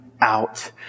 out